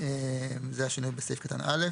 בסעיף קטן (ב),